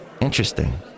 interesting